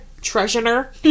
Treasurer